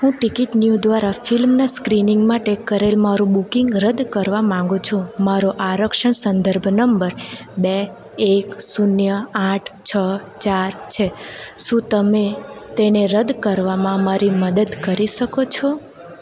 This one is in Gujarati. હું ટિકિટ ન્યુ દ્વારા ફિલ્મનાં સ્ક્રિનિંગ માટે કરેલ મારું બુકિંગ રદ કરવા માગું છું મારો આરક્ષણ સંદર્ભ નંબર બે એક શૂન્ય આઠ છ ચાર છે શું તમે તેને રદ કરવામાં મારી મદદ કરી શકો છો